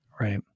right